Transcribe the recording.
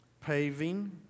paving